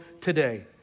today